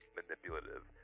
manipulative